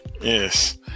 Yes